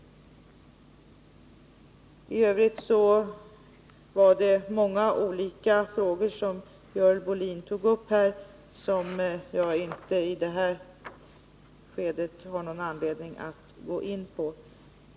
TI övrigt var det många olika frågor som Görel Bohlin tog upp, vilka jag inte i det här skedet har någon anledning att gå in på.